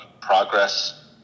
progress